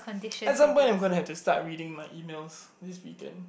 at some point I'm gonna have to start reading my emails this weekend